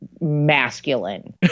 masculine